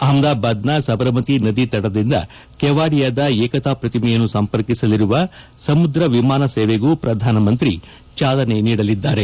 ಅಹಮದಾಬಾದ್ನ ಸಬರಮತಿ ನದಿ ತಟದಿಂದ ಕೆವಾಡಿಯಾದ ಏಕತಾ ಪ್ರತಿಮೆಯನ್ನು ಸಂಪರ್ಕಿಸಲಿರುವ ಸಮುದ್ರ ವಿಮಾನ ಸೇವೆಗೂ ಪ್ರಧಾನ ಮಂತ್ರಿ ಚಾಲನೆ ನೀಡಲಿದ್ದಾರೆ